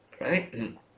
right